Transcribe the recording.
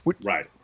right